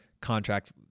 contract